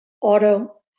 auto